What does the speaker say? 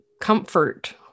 comfort